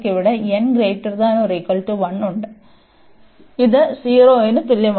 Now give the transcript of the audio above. അതിനാൽ ഇത് 0 ന് തുല്യമാണ്